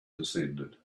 descended